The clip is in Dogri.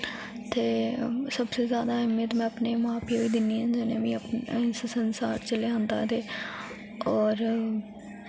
ते सबसे ज्यादा अहमियत मैं अपने मां प्यो दी दिन्नी होन्नी आं जुने मी इस संसार च लेआंदा ते और